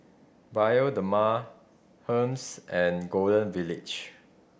Bioderma Hermes and Golden Village